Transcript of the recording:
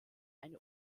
eine